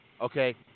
Okay